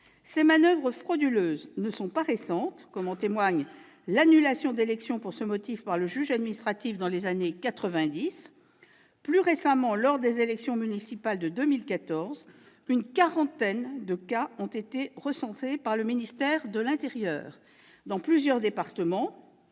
Ces manoeuvres frauduleuses ne sont pas récentes, comme en témoigne l'annulation d'élections pour ce motif par le juge administratif dans les années quatre-vingt-dix. Plus récemment, lors des élections municipales de 2014, une quarantaine de cas ont été recensés par le ministère de l'intérieur dans plusieurs départements